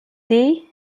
des